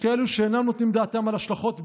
יש כאלה שאינם נותנים דעתם על השלכות בין-לאומיות,